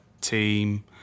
team